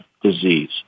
disease